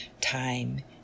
Time